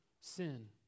sin